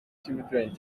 cy’abaturanyi